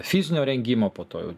fizinio rengimo po to